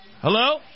Hello